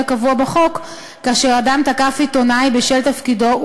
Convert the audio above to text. הקבוע בחוק כאשר אדם תקף עיתונאי בשל תפקידו,